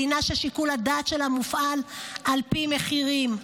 מדינה ששיקול הדעת שלה מופעל על פי מחירים,